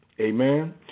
Amen